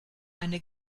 eine